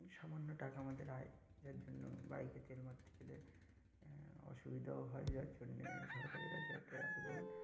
সামান্য টাকা আমাদের আয় যার জন্য বাইকে তেল মারতে গেলে অসুবিধাও হয় যার জন্যে সরকারের কাছে একটাই আবেদন